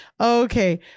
Okay